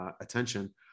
attention